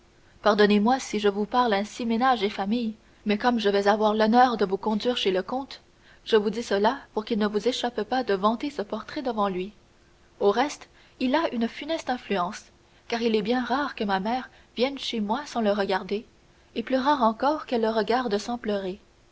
pardonnez-moi si je vous parle ainsi ménage et famille mais comme je vais avoir l'honneur de vous conduire chez le comte je vous dis cela pour qu'il ne vous échappe pas de vanter ce portrait devant lui au reste il a une funeste influence car il est bien rare que ma mère vienne chez moi sans le regarder et plus rare encore qu'elle le regarde sans pleurer